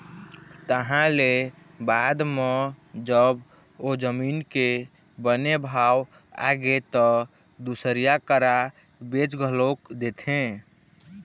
तहाँ ले बाद म जब ओ जमीन के बने भाव आगे त दुसरइया करा बेच घलोक देथे